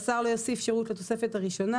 "השר לא יוסיף שירות לתוספת הראשונה,